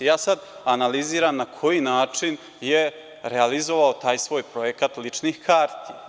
Ja sad analiziram na koji način je realizovao taj svoj projekat ličnih karti.